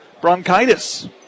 bronchitis